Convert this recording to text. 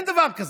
אין דבר כזה.